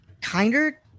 Kinder